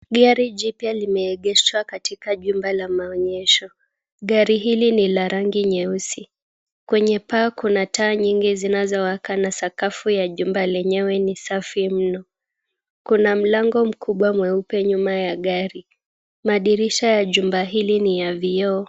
Gari jipwa limeegeshwa katika jumba la maonyesho. Gari hili ni la rangi nyeusi. Kwenye paa kuna taa nyingi zinazowaka na sakafu la jumba lenyewe ni safi mno. Kuna mlango mkubwa mweupe nyuma ya gari, madirisha ya jumba hili ni ya vioo.